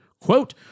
quote